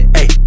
Hey